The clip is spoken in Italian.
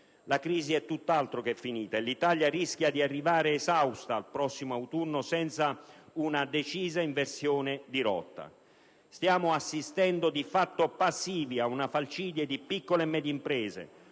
La crisi è tutt'altro che finita e l'Italia rischia di arrivare esausta al prossimo autunno senza una decisa inversione di rotta. Di fatto, stiamo assistendo passivi ad una falcidie di piccole e medie imprese,